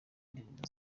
indirimbo